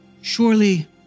Surely